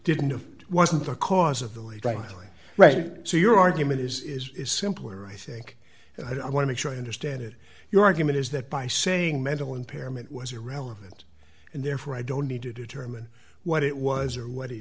didn't wasn't the cause of the late night right so your argument is is simpler i think and i want to make sure i understand it your argument is that by saying mental impairment was irrelevant and therefore i don't need to determine what it was or what he